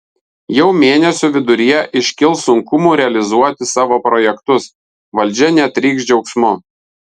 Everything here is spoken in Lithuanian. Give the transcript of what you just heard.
jau mėnesio viduryje iškils sunkumų realizuoti savo projektus valdžia netrykš džiaugsmu